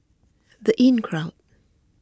the Inncrowd